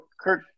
Kirk